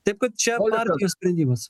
taip kad čia partijos sprendimas